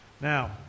Now